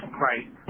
Right